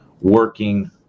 working